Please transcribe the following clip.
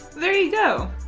there you go.